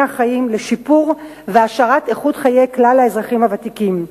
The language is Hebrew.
החיים לשיפור והעשרת איכות חיי כלל האזרחים הוותיקים.